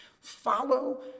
follow